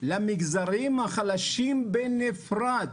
למגזרים החלשים בנפרד,